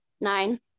nine